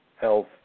health